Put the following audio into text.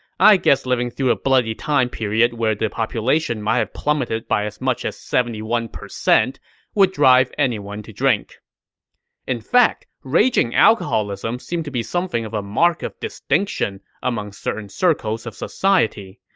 i guess living through a bloody time period where the population might have plummeted by as much as seventy one percent would drive anyone to drink in fact, raging alcoholism seemed to be something of a mark of distinction among certain circles of society.